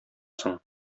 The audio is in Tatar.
соң